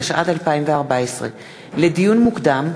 התשע"ד 2014. לדיון מוקדם: